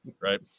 right